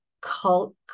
cult